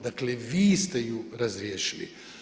Dakle, vi ste ju razriješili.